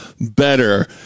better